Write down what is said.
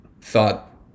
thought